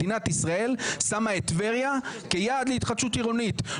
מדינת ישראל שמה את טבריה כיעד להתחדשות עירונית.".